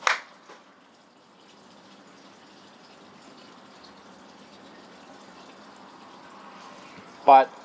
part